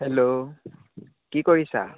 hello কি কৰিছা